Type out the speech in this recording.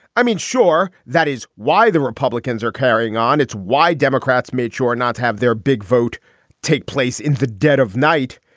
i mean, sure, that is why the republicans are carrying on. it's why democrats made sure not to have their big vote take place in the dead of night.